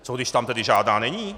Co když tam tedy žádná není?